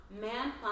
man